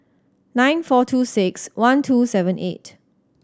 nine four two six one two seven eight